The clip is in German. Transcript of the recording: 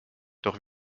doch